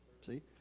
See